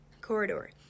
Corridor